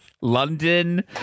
London